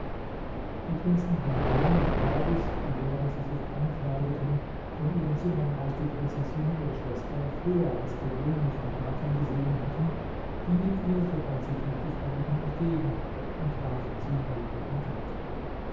die prinzen bahman und perwis die während sie sich ankleideten von ihren zimmern aus die prinzessin ihre schwester früher als gewöhnlich im garten gesehen hatten gingen ihr sobald sie fertig waren entgegen und trafen sie mitten im garten